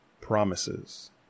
Promises